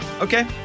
Okay